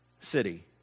city